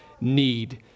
need